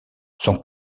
son